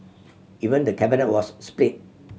even the Cabinet was split